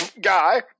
guy